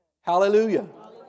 Hallelujah